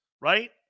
right